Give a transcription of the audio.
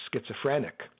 schizophrenic